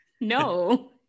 no